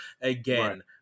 again